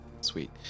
Sweet